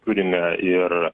turime ir